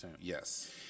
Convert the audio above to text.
Yes